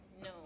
No